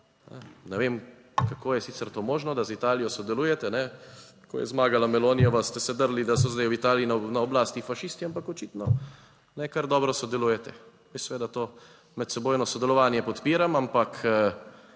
Ne vem, kako je sicer to možno, da z Italijo sodelujete. Ko je zmagala Melonijeva ste se drli, da so zdaj v Italiji na oblasti fašisti, ampak očitno, ne, kar dobro sodelujete. Jaz seveda to medsebojno sodelovanje podpiram, ampak